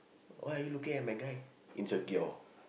why are you looking at my guy insecure